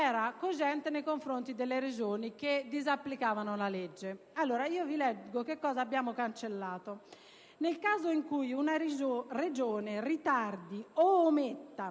era cogente nei confronti delle Regioni che disapplicavano la legge. Vi leggo la norma che abbiamo cancellato: «Nel caso in cui una Regione ritardi o ometta